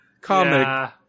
Comic